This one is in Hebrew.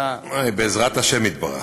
בעזרת השם יתברך.